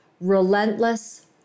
relentless